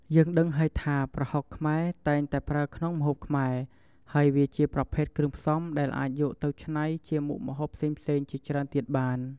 យើងដឹងហើយថា ប្រហុកខ្មែរ តែងតែប្រើក្នុងម្ហូបខ្មែរ ហើយវាជាប្រភេទគ្រឿងផ្សំ ដែលអាចយកទៅច្នៃជាមុខម្ហូបផ្សេងៗជាច្រើនទៀតបាន។